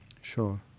Sure